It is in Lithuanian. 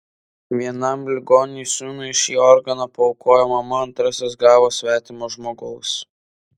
vienam ligoniui sūnui šį organą paaukojo mama antrasis gavo svetimo žmogaus